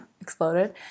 exploded